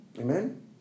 Amen